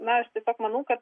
na aš tiesiog manau kad